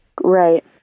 Right